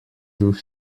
through